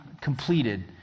completed